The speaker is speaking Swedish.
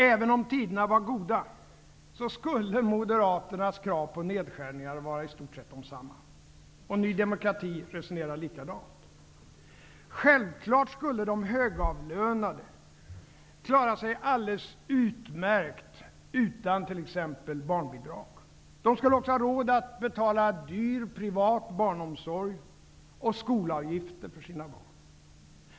Även om tiderna var goda, skulle Moderaternas krav på nedskärningar vara i stort sett desamma. Ny Demokrati resonerar likadant. Självklart skulle de högavlönade klara sig alldeles utmärkt utan t.ex. barnbidrag. De skulle också ha råd att betala dyr privat barnomsorg och skolavgifter för sina barn.